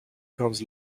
comes